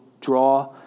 draw